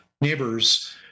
neighbors